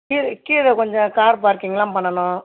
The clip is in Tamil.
கீழே கீழே கொஞ்சம் கார் பார்க்கிங்லாம் பண்ணணும்